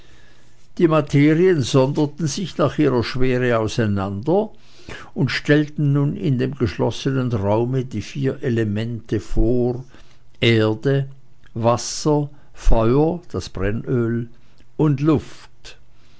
die materien sonderten sich nach ihrer schwere auseinander und stellten nun in dem geschlossenen raume die vier elemente vor erde wasser feuer das brennöl und luft